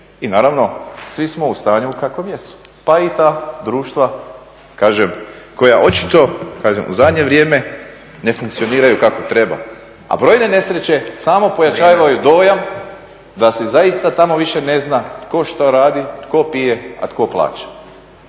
i naravno svi smo u stanju u kakvom jesu, pa i ta društva koja očito u zadnje vrijeme ne funkcioniraju kako treba, a brojne nesreće samo pojačavaju dojam da se zaista tamo više ne zna tko što radi, tko pije, a tko plaća,